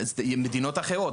מדינות אחרות,